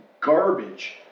garbage